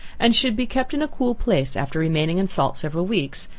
and should be kept in a cool place after remaining in salt several weeks,